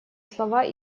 слова